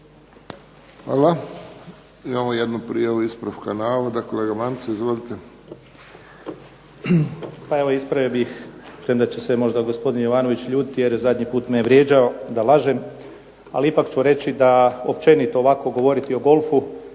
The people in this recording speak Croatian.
Hvala. Imamo jednu prijavu ispravka navoda. Kolega Mance, izvolite. **Mance, Anton (HDZ)** Pa evo ispravio bih, premda će se možda gospodin Jovanović ljutiti jer zadnji put me je vrijeđao da lažem. Ali ipak ću reći da općenito ovako govoriti o golfu